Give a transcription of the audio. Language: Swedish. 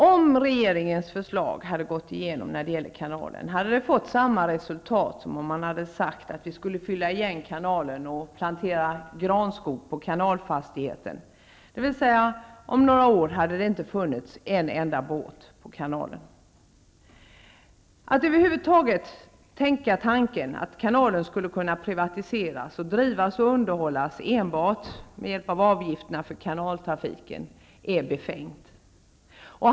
Om regeringens förslag skulle ha gått igenom när det gäller kanalen hade det fått samma resultat som om man hade sagt att vi skulle fylla igen kanalen och plantera granskog på kanalfastigheten, dvs. att det om några år inte hade funnits en enda båt på kanalen. Att över huvud taget tänka tanken att kanalen skulle kunna privatiseras och drivas och underhållas med hjälp av enbart avgifterna för kanaltrafiken är befängt.